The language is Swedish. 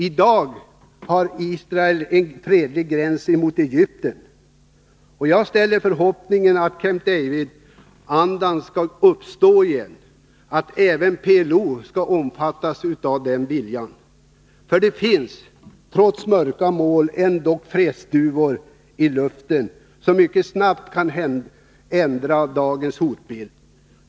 I dag har Israel en fredlig gräns mot Egypten. Jag hyser förhoppningen att Camp David-andan skall uppstå igen och att även PLO skall omfattas av denna vilja. Det finns trots mörka moln ändå fredsduvor i luften, som mycket snabbt kan ändra dagens hotbild.